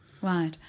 Right